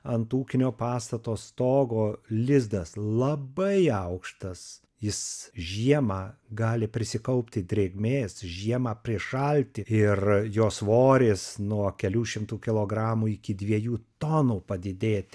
ant ūkinio pastato stogo lizdas labai aukštas jis žiemą gali prisikaupti drėgmės žiemą prišalti ir jo svoris nuo kelių šimtų kilogramų iki dviejų tonų padidėti